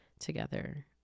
together